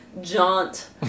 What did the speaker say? jaunt